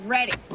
Ready